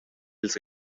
ils